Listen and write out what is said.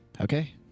Okay